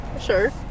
Sure